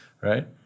right